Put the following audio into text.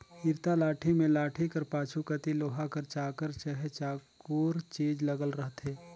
इरता लाठी मे लाठी कर पाछू कती लोहा कर चाकर चहे साकुर चीज लगल रहथे